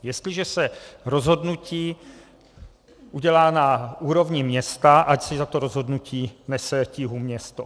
Jestliže se rozhodnutí udělá na úrovni města, ať si za to rozhodnutí nese tíhu město.